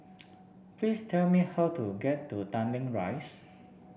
please tell me how to get to Tanglin Rise